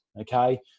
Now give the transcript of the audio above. Okay